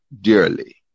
dearly